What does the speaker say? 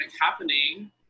happening